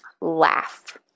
laugh